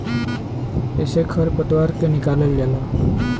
एसे खर पतवार के निकालल जाला